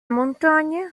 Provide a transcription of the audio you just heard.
montagne